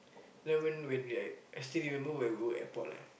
and then when when we like I still remember where we were at airport lah